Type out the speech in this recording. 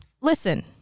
Listen